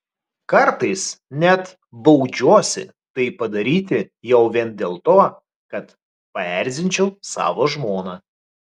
kartais net baudžiuosi tai padaryti jau vien dėl to kad paerzinčiau savo žmoną